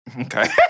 Okay